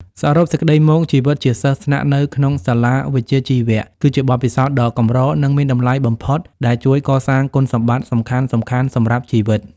សរុបសេចក្តីមក ជីវិតជាសិស្សស្នាក់នៅក្នុងសាលាវិជ្ជាជីវៈគឺជាបទពិសោធន៍ដ៏កម្រនិងមានតម្លៃបំផុត ដែលជួយកសាងគុណសម្បត្តិសំខាន់ៗសម្រាប់ជីវិត។